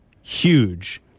huge